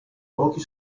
pochi